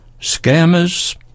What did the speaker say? Scammers